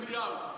תבוא למשרד, חצוף.